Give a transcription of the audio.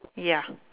ya